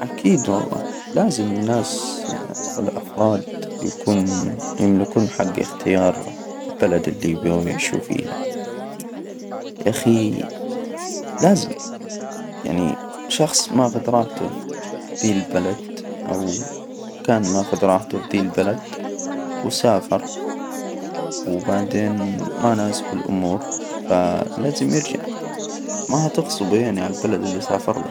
أكيد والله لازم الناس والأفراد يكون يملكون حج إختيار البلد اللي يبو يعيشوا فيها، يا أخي لازم يعني شخص ماخذ راحته في ذى البلد أو كان ماخد راحته في ذي البلد وسافر، وبعدين ما يناسب الأمور، فلازم يرجع ما هتخصبه يعني على البلد اللي سافر لها.